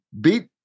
beat